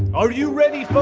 are you ready, folks?